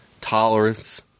Tolerance